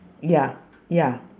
ya ya